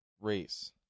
race